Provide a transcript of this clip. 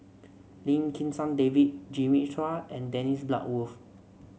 Lim Kim San David Jimmy Chua and Dennis Bloodworth